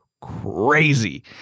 crazy